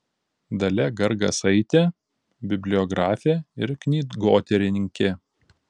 dalia gargasaitė bibliografė ir knygotyrininkė